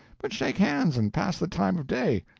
but shake hands and pass the time of day.